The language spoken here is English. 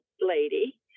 lady